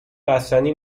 بستنی